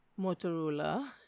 motorola